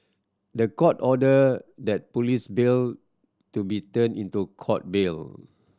the Court ordered that police bail to be turned into Court bail